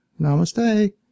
Namaste